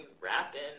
rapping